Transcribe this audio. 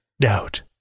doubt